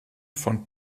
von